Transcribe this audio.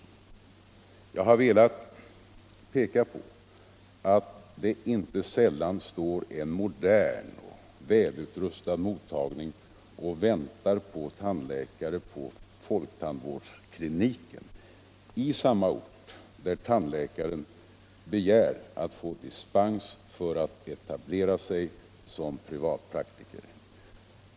Jag har velat peka på att det inte sällan står en modern och välutrustad mottagning och väntar på tandläkare på folktandvårdskliniken i samma ort där tandläkaren begär att få dispens för att etablera sig som privatpraktiker.